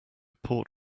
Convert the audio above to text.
port